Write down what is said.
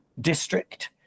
district